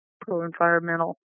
pro-environmental